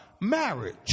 Marriage